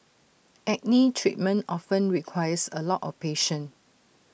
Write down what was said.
acne treatment often requires A lot of patience